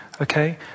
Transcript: okay